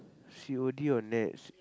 C_O_D or Nets